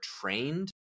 trained